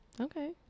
Okay